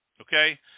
Okay